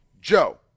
Joe